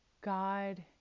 God